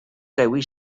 dewi